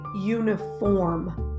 uniform